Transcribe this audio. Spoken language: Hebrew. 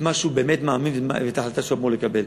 מה שהוא באמת מאמין ואת ההחלטה שהוא אמור לקבל.